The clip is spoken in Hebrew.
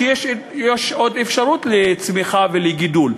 יש עוד אפשרות לצמיחה ולגידול,